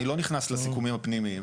אני לא נכנס לסיכומים הפנימיים.